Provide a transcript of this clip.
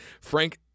Frank